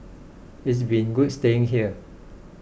it's been good staying here